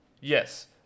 Yes